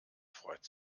freut